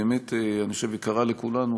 באמת היא יקרה לנו כאן,